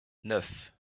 neuf